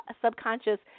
subconscious